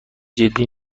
جدی